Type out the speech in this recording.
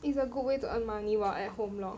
it's a good way to earn money while at home lor